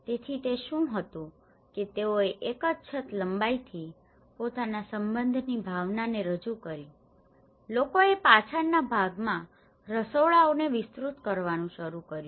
તેથી તે શું હતું કે તેઓએ એક જ છત લંબાઈથી પોતાના સંબંધની ભાવનાને રજૂ કરી લોકોએ પાછળના ભાગમાં રસોડાઓને વિસ્તૃત કરવાનું શરૂ કર્યું